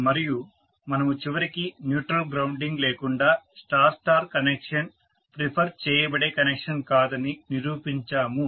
మరియు మనము చివరికి న్యూట్రల్ గ్రౌండింగ్ లేకుండా స్టార్ స్టార్ కనెక్షన్ ప్రెఫర్ చేయబడే కనెక్షన్ కాదని నిరూపించాము